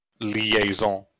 liaison